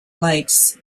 lakes